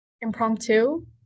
impromptu